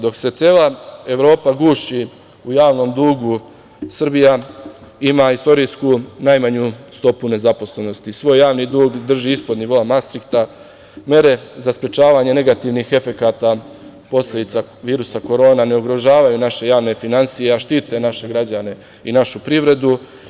Dok se cela Evropa guši u javnom dugu Srbija ima istorijsku najmanju stopu nezaposlenosti, svoj javni dug drži ispod nivoa Mastrihta mere za sprečavanje negativnih efekata posledica virusa korona ne ugrožavaju naše finansije, a štite naše građane i našu privredu.